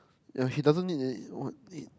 ya she doesn't need then what need